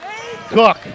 Cook